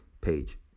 page